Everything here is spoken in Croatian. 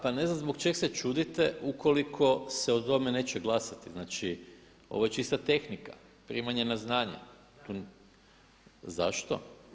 Pa ne znam zbog čega se čudite ukoliko se o tome neće glasati, znači ovo je čista tehnika, primanje na znanje. … [[Upadica se ne razumije.]] Zašto?